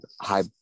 high